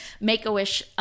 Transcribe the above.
make-a-wish